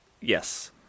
yes